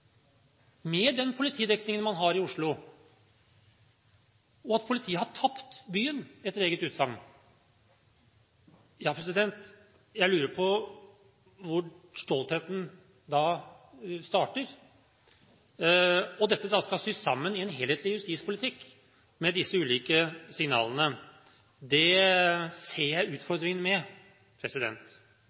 med den politidekningen man har i Oslo, og at politiet har tapt byen, etter eget utsagn. Jeg lurer på hvor stoltheten da starter. Dette – disse ulike signalene – skal så sys sammen til en helhetlig justispolitikk. Det ser jeg utfordringen med.